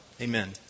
Amen